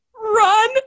Run